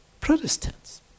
Protestants